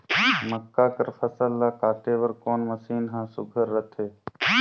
मक्का कर फसल ला काटे बर कोन मशीन ह सुघ्घर रथे?